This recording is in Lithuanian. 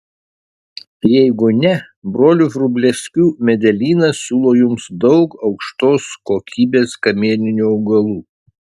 jeigu ne brolių vrublevskių medelynas siūlo jums daug aukštos kokybės kamieninių augalų